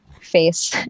face